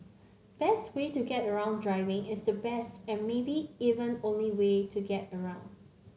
best way to get around driving is the best and maybe even only way to get around